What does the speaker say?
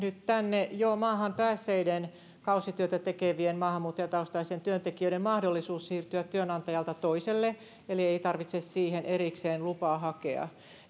tänne maahan jo päässeiden kausityötä tekevien maahanmuuttajataustaisten työntekijöiden mahdollisuus siirtyä työnantajalta toiselle eli ei tarvitse siihen erikseen lupaa hakea